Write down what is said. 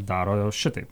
daro šitaip